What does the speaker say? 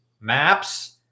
maps